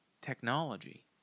technology